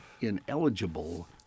ineligible